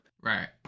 right